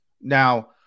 Now